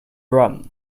rum